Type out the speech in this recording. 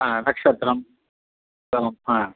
नक्षत्रं सर्वं